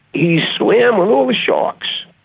he swam with all the sharks,